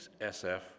SF